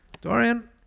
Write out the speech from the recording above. Dorian